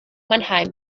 mannheim